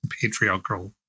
patriarchal